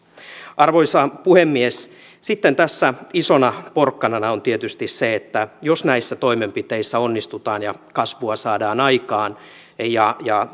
arvoisa puhemies sitten tässä isona porkkanana on tietysti se että jos näissä toimenpiteissä onnistutaan ja kasvua saadaan aikaan ja ja